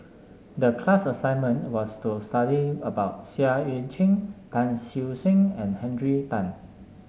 the class assignment was to study about Seah Eu Chin Tan Siew Sin and Henry Tan